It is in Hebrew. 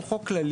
הוא חוק כללי,